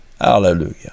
hallelujah